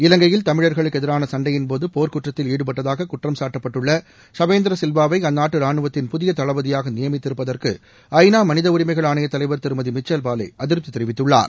இலங்கையில் தமிழர்களுக்கு எதிரான சண்டையின் போது போர்க் குற்றத்தில் ஈடுபட்டதாக குற்றம் சாட்டப்பட்டுள்ள ஷவேந்திர சில்வா வை அந்நாட்டு ராணுவத்தின் புதிய தளபதியாக நியமித்திருப்பதற்கு ஐநா மனித உரிமைகள் ஆணையத் தலைவர் திருமதி மிச்சல் பாலே அதிருப்தி தெரிவித்துள்ளார்